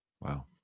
Wow